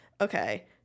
Okay